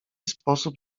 sposób